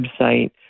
website